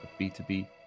B2B